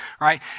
right